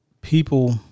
people